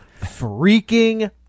Freaking